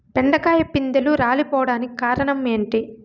బెండకాయ పిందెలు రాలిపోవడానికి కారణం ఏంటి?